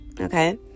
Okay